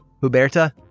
Huberta